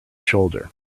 shoulder